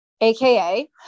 AKA